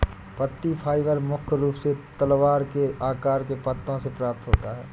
पत्ती फाइबर मुख्य रूप से तलवार के आकार के पत्तों से प्राप्त होता है